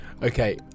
Okay